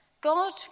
God